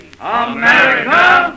America